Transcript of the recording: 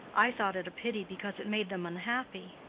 i thought it a pity, because it made them unhappy.